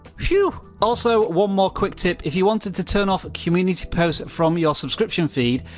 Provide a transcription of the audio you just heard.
phew. also, one more quick tip. if you wanted to turn off community post from your subscription feed,